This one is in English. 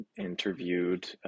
interviewed